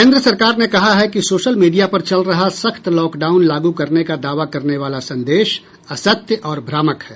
केन्द्र सरकार ने कहा है कि सोशल मीडिया पर चल रहा सख्त लॉकडाउन लागू करने का दावा करने वाला संदेश असत्य और भ्रामक है